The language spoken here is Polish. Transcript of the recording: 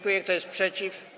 Kto jest przeciw?